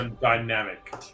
dynamic